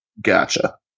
Gotcha